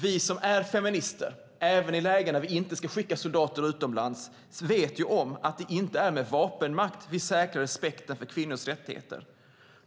Vi som är feminister, även i lägen när vi inte ska skicka soldater utomlands, vet att det inte är med vapenmakt vi säkrar respekten för kvinnors rättigheter.